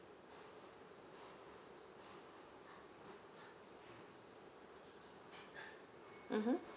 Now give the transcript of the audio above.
mmhmm